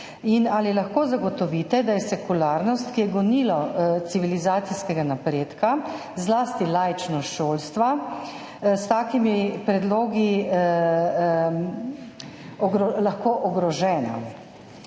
Ali lahko zagotovite, da sekularnost, ki je gonilo civilizacijskega napredka, zlasti laičnost šolstva, s takimi predlogi ni ogrožena?